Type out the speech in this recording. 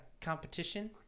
competition